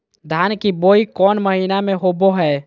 धान की बोई कौन महीना में होबो हाय?